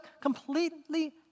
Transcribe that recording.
completely